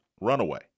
Runaway